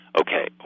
okay